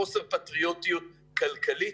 חוסר פטריוטיות כלכלית,